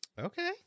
Okay